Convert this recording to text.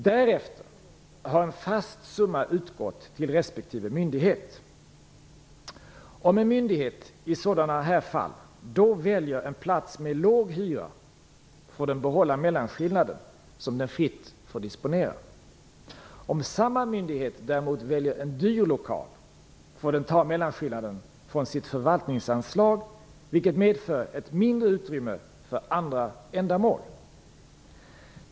Därefter har en fast summa utgått till respektive myndighet. Om en myndighet då väljer en plats med låg hyra får den behålla mellanskillnaden. som den fritt får disponera. Om samma myndighet däremot väljer en dyr lokal får den ta mellanskillnaden från sitt förvaltningsanslag, vilket medför ett mindre utrymme för andra ändamål.